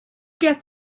get